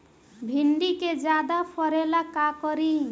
भिंडी के ज्यादा फरेला का करी?